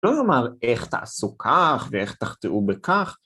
לא לומר איך תעשו כך, ואיך תחטאו בכך